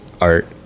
art